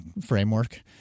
framework